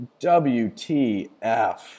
WTF